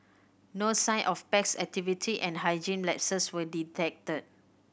no sign of pest activity and hygiene lapses were detected